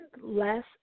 less